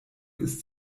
ist